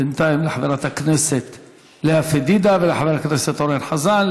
בינתיים לחברת הכנסת לאה פדידה ולחבר הכנסת אורן חזן,